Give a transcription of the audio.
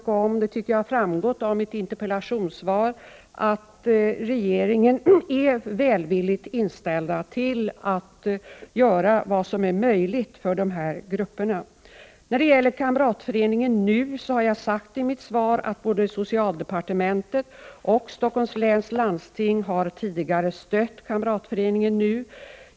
11 november 1988 Jag kan försäkra Hans Göran Franck att regeringen är välvilligt inställd till. Za att göra vad som är möjligt för dessa grupper, vilket jag tycker har framgått av mitt interpellationssvar. När det gäller kamratföreningen NU har jag i mitt svar sagt att både socialdepartementet och Stockholms läns landsting tidigare har stött kamratföreningen NU.